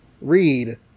read